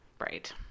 Right